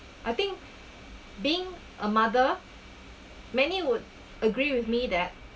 I think being a mother many would agree with me that